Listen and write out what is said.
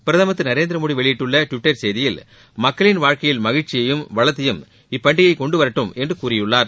பிரதமர் திரு நரேந்திரமோடி வெளியிட்டுள்ள டுவிட்டர் செய்தியில் மக்களின் வாழ்க்கையில் மகிழ்ச்சியையும் வளத்தையும் இப்பண்டிகை கொண்டு வரட்டும் என்று கூறியுள்ளார்